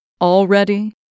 Already